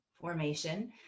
formation